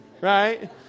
right